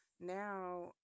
now